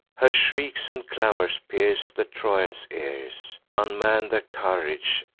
her shrieks and clamors pierce the trojans' ears, unman their courage,